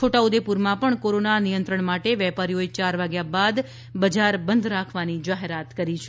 છોટાઉદેપુરમાં પણ કોરોના નિયંત્રણ માટે વેપારીઓએ ચાર વાગ્યા બાદ બજાર બંધ રાખવાની જાહેરાત કરી છે